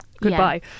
goodbye